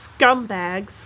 scumbags